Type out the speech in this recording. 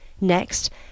Next